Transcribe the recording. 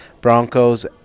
Broncos